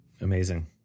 Amazing